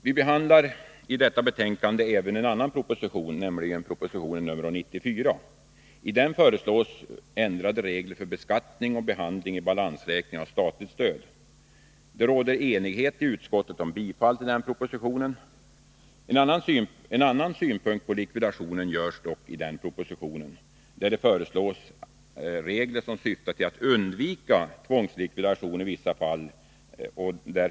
Vi behandlar i detta betänkande även en annan proposition, nämligen proposition 94. I den föreslås ändrade regler för beskattning och behandling i balansräkningen av statligt stöd. Det råder i utskottet enighet om att tillstyrka den propositionen. När det gäller likvidationen föreslås i propositionen regler som syftar till att undvika tvångslikvidation i vissa fall.